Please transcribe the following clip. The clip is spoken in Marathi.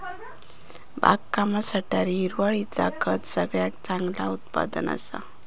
बागकामासाठी हिरवळीचा खत सगळ्यात चांगला उत्पादन असा